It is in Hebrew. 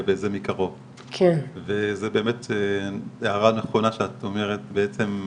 לגבי מקרוב וזה באמת הערה נכונה שאת אומרת בעצם,